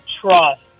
trust